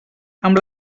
amb